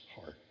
heart